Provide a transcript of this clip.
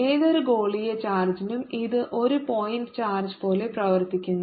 ഏതൊരു ഗോളീയ ചാർജിനും ഇത് ഒരു പോയിന്റ് ചാർജ് പോലെ പ്രവർത്തിക്കുന്നു